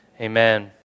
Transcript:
Amen